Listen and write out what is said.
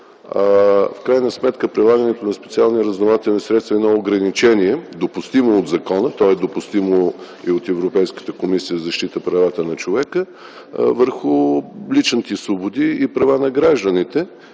В крайна сметка прилагането на специалните разузнавателни средства е едно допустимо от закона ограничение. То е допустимо и от Европейската комисия за защита правата на човека, върху личните свободи и правата на гражданите,